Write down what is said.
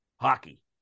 hockey